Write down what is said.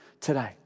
today